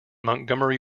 montgomery